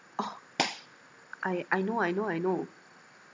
orh I I know I know I know